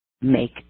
make